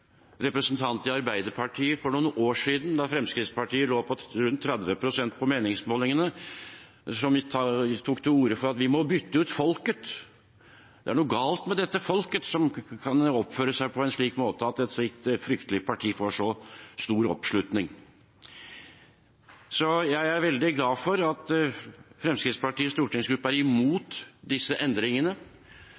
representant i Arbeiderpartiet for noen år siden, da Fremskrittspartiet lå på rundt 30 pst. på meningsmålingene, som tok til orde for at vi måtte bytte ut folket – det var noe galt med dette folket, som kunne oppføre seg på en slik måte at et slikt fryktelig parti fikk så stor oppslutning. Jeg er veldig glad for at Fremskrittspartiets stortingsgruppe er